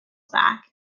back